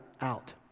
out